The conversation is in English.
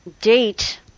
date